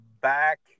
back